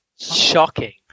shocking